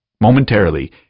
Momentarily